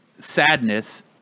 sadness